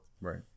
right